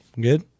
good